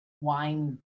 wine